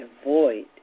avoid